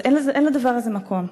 אין לדבר הזה מקום.